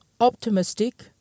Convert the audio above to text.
optimistic